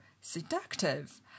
Seductive